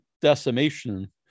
decimation